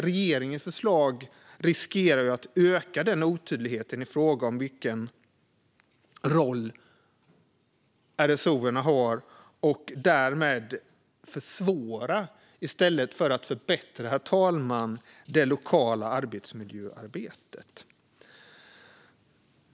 Regeringens förslag riskerar att öka denna otydlighet i fråga om vilken roll RSO:erna har och därmed att försvåra det lokala arbetsmiljöarbetet i stället för att förbättra det.